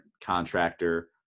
contractor